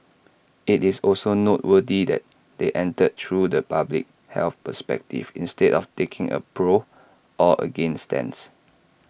IT is also noteworthy that they entered through the public health perspective instead of taking A pro or against stance